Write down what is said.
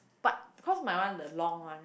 but cause my one the long one right